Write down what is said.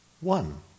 one